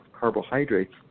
carbohydrates